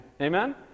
Amen